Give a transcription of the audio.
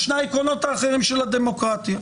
שני העקרונות האחרים של הדמוקרטיה.